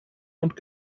und